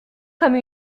comme